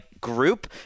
group